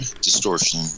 distortion